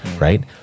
right